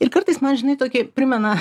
ir kartais na žinai tokį primena